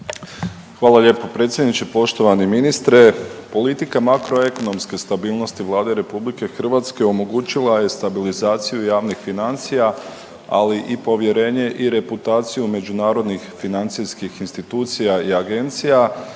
Hvala lijepo predsjedniče. Poštovani ministre, politika makroekonomske stabilnosti Vlade RH omogućila je stabilizaciju javnih financija ali i povjerenje i reputaciju međunarodnih financijskih institucija i agencija